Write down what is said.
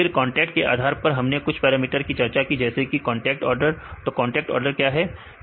फिर कांटेक्ट के आधार पर हमने कुछ पैरामीटर की चर्चा की जैसे कि कांटेक्ट आर्डर तो कांटेक्ट ऑर्डर क्या है